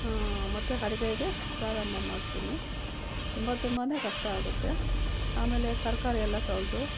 ಹಾಂ ಮತ್ತೆ ಅಡ್ಗೆಗೆ ಪ್ರಾರಂಭ ಮಾಡ್ತೀನಿ ತುಂಬ ತುಂಬನೇ ಕಷ್ಟ ಆಗುತ್ತೆ ಆಮೇಲೆ ತರಕಾರಿಯೆಲ್ಲ ತೊಳೆದು